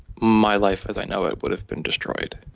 my life as i know it would have been destroyed.